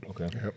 okay